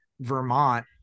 vermont